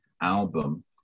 album